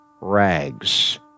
rags